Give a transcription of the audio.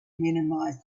minimize